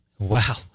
Wow